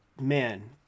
man